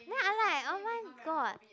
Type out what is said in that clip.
then I like oh-my-god